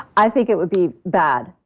i think it would be bad.